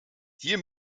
hier